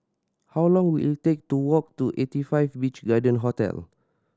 how long will it take to walk to Eighty Five Beach Garden Hotel